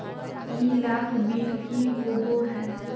ई लाभ बिल की होबो हैं?